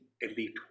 elite